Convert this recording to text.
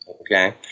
Okay